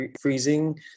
freezing